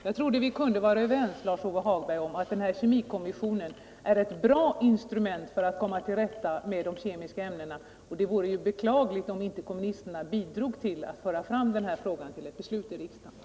Jag trodde vi kunde vara överens, Lars-Ove Hagberg, om att kemikommissionen är ett bra instrument för att komma till rätta med de kemiska ämnena. Det vore beklagligt om inte kommunisterna bidrog till att föra fram den här frågan till ett beslut i riksdagen.